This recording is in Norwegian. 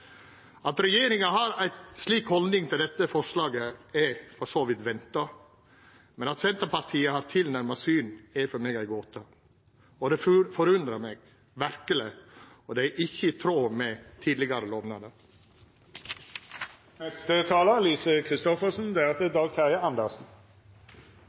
At regjeringa har ei slik haldning til dette forslaget, er for så vidt venta, men at Senterpartiet har tilnærma same syn, er for meg ei gåte. Det forundrar meg verkeleg, og det er ikkje i tråd med tidlegare